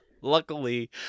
Luckily